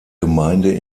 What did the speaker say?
gemeinde